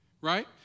Right